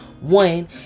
One